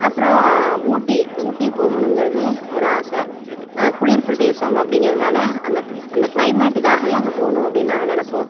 அப்புறோம் ஊட்டி ஊட்டி போகுணும்ங்கிறது ஒரு ஆசை குளிர் பிரதேசம் அப்படிங்கிறதுனால அந்த அந்த கிளைமேட்டுக்காகவே அங்கே போகனும் அப்படின் நாங்கள் நினப்போம்